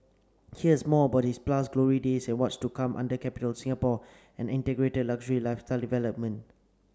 here's more about its past glory days and what's to come under Capitol Singapore and integrated luxury lifestyle development